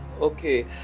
okay